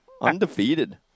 Undefeated